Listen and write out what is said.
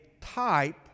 type